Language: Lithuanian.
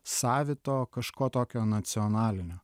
savito kažko tokio nacionalinio